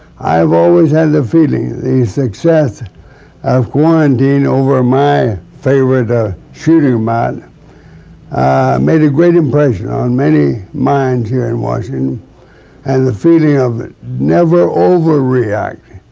i've always had the feeling, the success of quarantine over my favorite ah shoot em out made a great impression on many minds here in washington and the feeling of never overreacting.